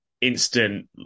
instant